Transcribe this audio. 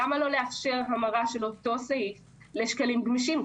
למה לא לאפשר המרה של אותו סעיף לשקלים גמישים?